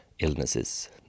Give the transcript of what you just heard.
illnesses